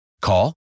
Call